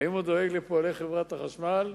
האם הוא דואג לפועלי חברת החשמל?